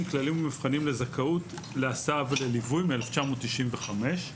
כללים ומבחנים לזכאות להסעה ולליווי מ-1995.